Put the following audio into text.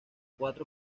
cuatro